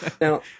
now